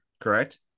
correct